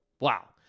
wow